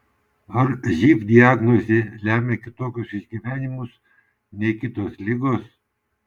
ar živ diagnozė lemia kitokius išgyvenimus nei kitos ligos